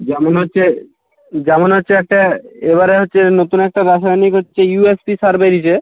যেমন হচ্ছে যেমন হচ্ছে একটা এবারে হচ্ছে নতুন একটা রাসায়নিক হচ্ছে ইউএসপি সার বেড়িছে